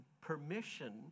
permission